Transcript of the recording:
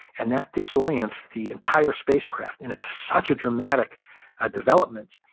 and that disorients the entire spacecraft, and it's such a dramatic ah development.